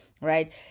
Right